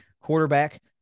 quarterback